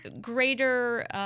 greater